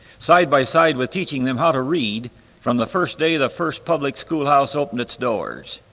side by side with teaching them how to read from the first day the first public school house opened its doors.